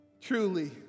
Truly